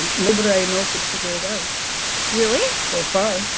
and nobody i know could figure it out really? so far,